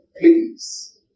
Please